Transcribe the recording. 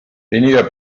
veniva